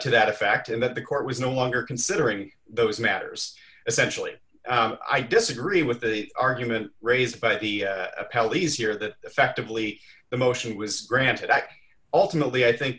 to that effect and that the court was no longer considering those matters essentially i disagree with the argument raised by the appellate easier that effectively the motion was granted back ultimately i think